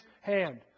hand